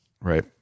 Right